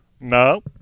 No